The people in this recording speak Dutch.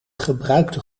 gebruikte